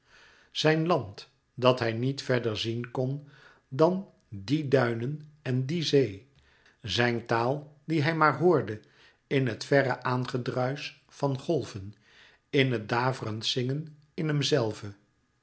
zijn land dat hij niet verder zien kon dan die louis couperus metamorfoze duinen en die zee zijn taal die hij maar hoorde in het verre aangeruisch van golven in het daverend zingen in